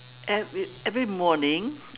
every every morning